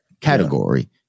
category